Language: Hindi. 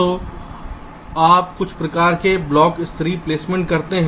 तो आप कुछ प्रकार के ब्लॉक स्तरीय प्लेसमेंट करते हैं